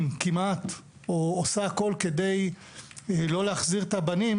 כמעט או עושה הכול כדי לא להחזיר את הבנים